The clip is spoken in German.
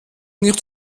nicht